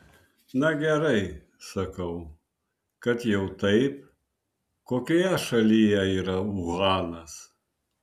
na gerai sakau kad jau taip kokioje šalyje yra uhanas